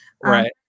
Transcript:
Right